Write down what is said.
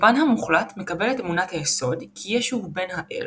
רובן המוחלט מקבל את אמונת היסוד כי ישו הוא בן האל,